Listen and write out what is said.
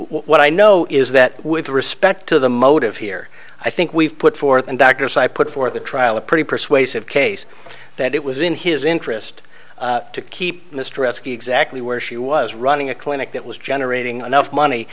what i know is that with respect to the motive here i think we've put forth and doctors i put forth the trial a pretty persuasive case that it was in his interest to keep mr esky exactly where she was running a clinic that was generating enough money